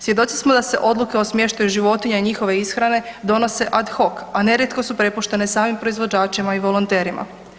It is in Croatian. Svjedoci smo da se odluke o smještaju životinja i njihove ishrane donose ad hoc, a nerijetko su prepuštene samim proizvođačima i volonterima.